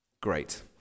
Great